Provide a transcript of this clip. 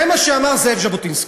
זה מה שאמר זאב ז'בוטינסקי: